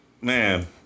Man